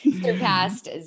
surpassed